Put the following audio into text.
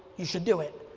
you should do it,